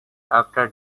after